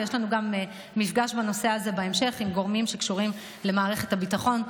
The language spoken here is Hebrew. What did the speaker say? יש לנו גם מפגש בנושא הזה בהמשך עם גורמים שקשורים למערכת הביטחון,